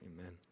Amen